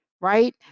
right